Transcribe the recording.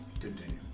Continue